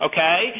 Okay